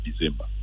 December